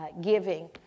giving